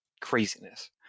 craziness